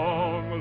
Long